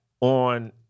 on